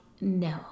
no